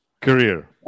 career